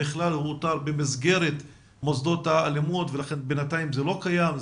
אותר במסגרת מוסדות הלימוד ולכן בינתיים זה לא קיים,